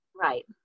Right